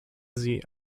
sie